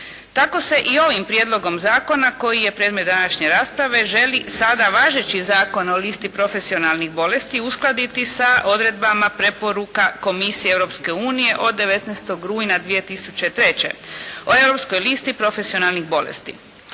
Tako se i ovim Prijedlogom zakona koji je predmet današnje rasprave želi sada važeći Zakon o listi profesionalnih bolesti uskladiti sa odredbama preporuka Komisije Europske unije od 19. rujna 2003. o europskoj listi profesionalnih bolesti.